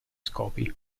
scopi